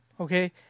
okay